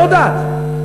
לא יודעת.